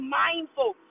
mindful